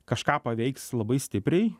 kažką paveiks labai stipriai